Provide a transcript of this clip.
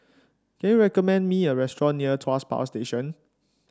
can you recommend me a restaurant near Tuas Power Station